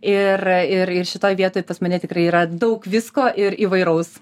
ir ir ir šitoj vietoj pas mane tikrai yra daug visko ir įvairaus